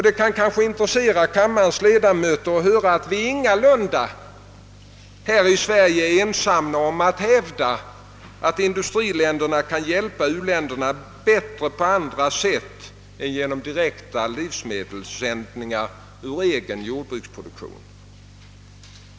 Det kan kanske intressera kammarens ledamöter att höra, att vi här i Sverige ingalunda är ensamma om att hävda att industriländerna kan hjälpa u-länderna bättre på andra sätt än genom direkta livsmedelssändningar ur egen jordbruksproduktion.